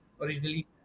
originally